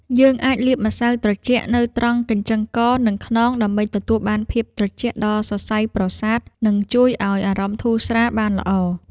យើងអាចលាបម្សៅត្រជាក់នៅត្រង់កញ្ចឹងកនិងខ្នងដើម្បីទទួលបានភាពត្រជាក់ដល់សរសៃប្រសាទនិងជួយឱ្យអារម្មណ៍ធូរស្រាលបានល្អ។